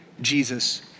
Jesus